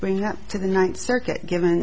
bring up to the ninth circuit given